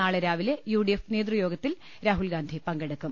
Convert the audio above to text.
നാളെ രാവിലെ യുഡിഎഫ് നേതൃയോഗത്തിൽ രാഹുൽഗാന്ധി പങ്കെടു ക്കും